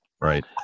right